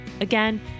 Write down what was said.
Again